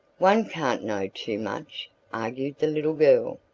one can't know too much, argued the little girl.